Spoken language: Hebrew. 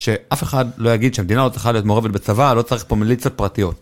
שאף אחד לא יגיד שהמדינה לא צריכה להיות מעורבת בצבא, לא צריך פה מיליצות פרטיות.